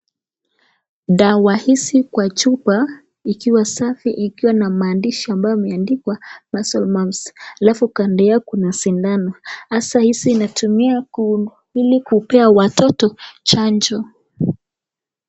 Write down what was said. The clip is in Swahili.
Dawa hizi kwa chupa ikiwa safi ikiwa na maandishi ambayo imeandikwa maesles mumps . alafu kando yao kuna sindano, hasa hizi inatumia ilikupea watoto chanjo.